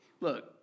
Look